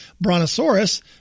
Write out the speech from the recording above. Brontosaurus